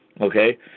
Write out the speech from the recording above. Okay